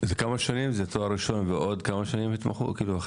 זה תואר ראשון ועוד כמה שנים הכשרה?